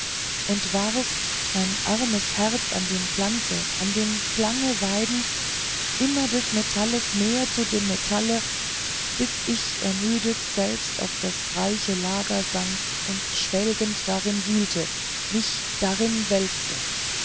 und warf mein armes herz an dem glanze an dem klange weidend immer des metalles mehr zu dem metalle bis ich ermüdet selbst auf das reiche lager sank und schwelgend darin wühlte mich darüber wälzte